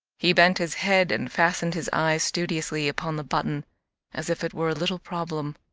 he bent his head and fastened his eyes studiously upon the button as if it were a little problem.